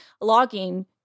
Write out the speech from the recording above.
logging